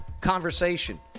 conversation